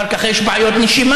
אחר כך יש בעיות נשימה,